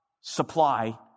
supply